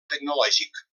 tecnològic